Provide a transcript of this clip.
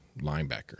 linebacker